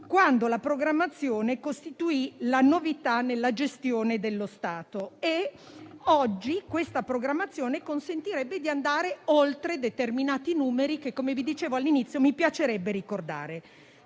quando la programmazione costituì la novità nella gestione dello Stato. Oggi questa programmazione consentirebbe di andare oltre determinati numeri, che mi piacerebbe ricordare: